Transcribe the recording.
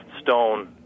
stone